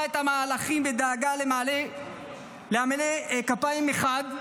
את המהלכים בדאגה לעמלי כפיים מחד,